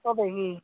କେବେ କି